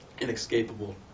inescapable